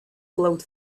glowed